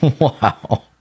Wow